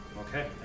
Okay